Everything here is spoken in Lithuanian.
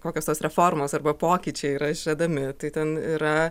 kokios tos reformos arba pokyčiai yra žadami tai ten yra